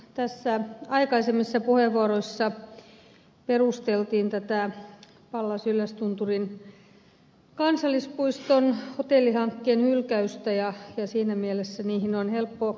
tässä aikaisemmissa puheenvuoroissa perusteltiin tätä pallas yllästunturin kansallispuiston hotellihankkeen hylkäystä ja siinä mielessä niihin on helppo yhtyä